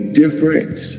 difference